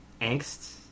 angst